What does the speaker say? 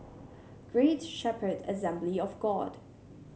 Great Shepherd Assembly of God